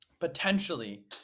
potentially